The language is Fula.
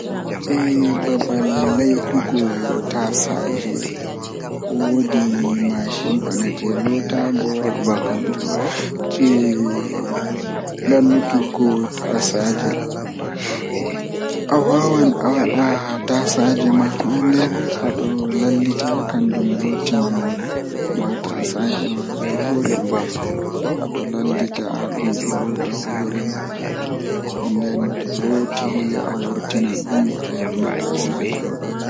Máyusinii njaɓtorɗe ɗum e njoɓdi ngal waɗa tuugde saɓo ngal ngal ngal. Aƴɓo hoore ngal fiyaangu ngal nguurndam ngal.